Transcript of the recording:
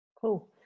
Cool